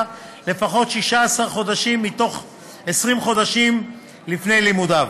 לפחות 16 חודשים מתוך 20 חודשים לפני לימודיו,